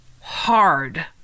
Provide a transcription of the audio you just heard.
hard